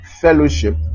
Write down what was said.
fellowship